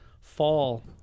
fall